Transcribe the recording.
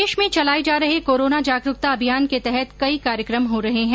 प्रदेश में चलाये जा रहे कोरोना जागरूकता अभियान के तहत कई कार्यक्रम हो रहे है